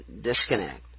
disconnect